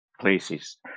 places